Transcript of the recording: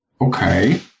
Okay